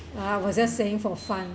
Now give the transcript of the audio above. I was just saying for fun